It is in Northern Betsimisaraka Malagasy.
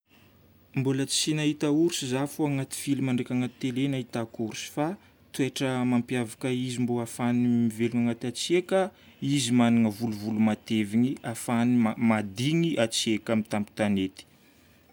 Mbola tsy nahita ours zaho fô agnaty film ndraika agnaty télé no ahitako ours. Fa toetra mampiavaka izy mbô hahafahany mivelogna agnaty hatsiaka: izy magnana volovolo mateviny ahafahany ma- mahadigny hatsiaka amin'ny tampon-tanety.